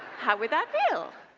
how would that feel?